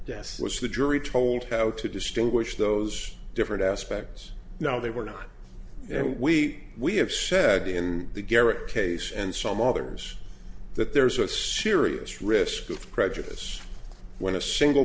was the jury told how to distinguish those different aspects now they were not and we we have said in the garrett case and some others that there's a serious risk of prejudice when a single